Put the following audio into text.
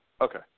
Okay